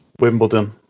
wimbledon